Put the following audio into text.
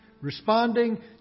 Responding